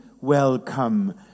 welcome